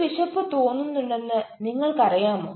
നിങ്ങൾക്ക് വിശപ്പ് തോന്നുന്നുണ്ടെന്ന് നിങ്ങൾക്കറിയാമോ